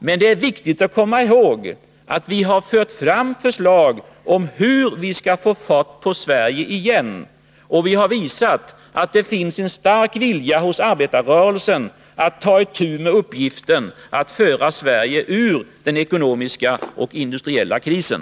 Men det är viktigt att komma ihåg att vi har fört fram förslag om hur vi skall få fart på Sverige igen. Och vi har visat att det finns en stark vilja hos arbetarrörelsen att ta itu med uppgiften att föra Sverige ur den ekonomiska och industriella krisen.